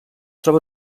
troba